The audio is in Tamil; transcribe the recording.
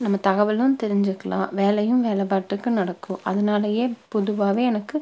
நம்ம தகவலும் தெரிஞ்சிக்கலாம் வேலையும் வேலை பாட்டுக்கு நடக்கும் அதனாலயே பொதுவாகவே எனக்கு